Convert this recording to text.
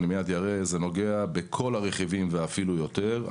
אני אראה שזה נוגע בכל הרכיבים ואפילו יותר,